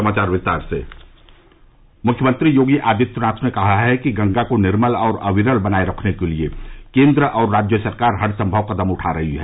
मृख्यमंत्री योगी आदित्यनाथ ने कहा है कि गंगा को निर्मल और अविरल बनाए रखने के लिए केंद्र और राज्य सरकार हरसंभव कदम उठा रही है